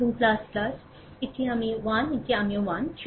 এবং ডানদিকে এটি আমি 1 এটি আমিও 1